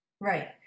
Right